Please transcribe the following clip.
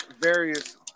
various